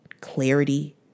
clarity